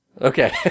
Okay